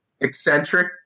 eccentric